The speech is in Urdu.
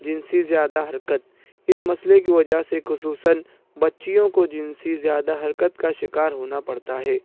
جنسی زیادہ حرکت اس مسئلے کی وجہ سے خصوصاً بچیوں کو جنسی زیادہ حرکت کا شکار ہونا پڑتا ہے